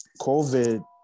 COVID